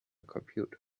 computer